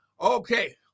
Okay